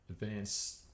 advanced